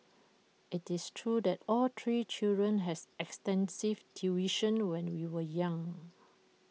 IT is true that all three children has extensive tuition when we were young